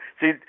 See